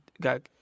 got